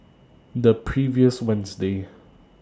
The previous Wednesday